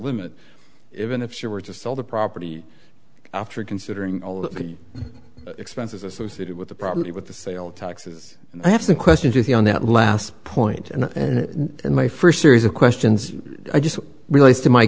limit even if she were to sell the property after considering all of the expenses associated with the property with the sale taxes and i have some questions with you on that last point and then my first series of questions i just relates to my